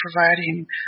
providing